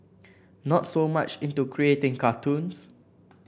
not so much into creating cartoons